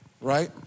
right